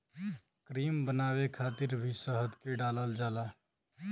cream बनावे खातिर भी शहद के डालल जाला